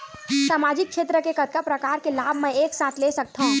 सामाजिक क्षेत्र के कतका प्रकार के लाभ मै एक साथ ले सकथव?